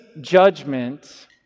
judgment